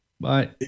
Bye